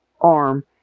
arm